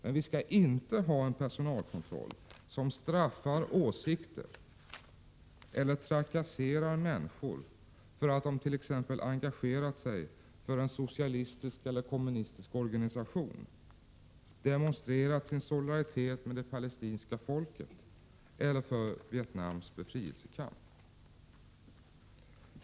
Men vi skall inte ha en personalkontroll som straffar åsikter eller trakasserar människor för att de t.ex. engagerat sig för en socialistisk eller kommunistisk organisation eller demonstrerat sin solidaritet med det palestinska folket eller Vietnams befrielsekamp.